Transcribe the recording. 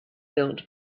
built